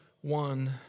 one